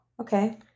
okay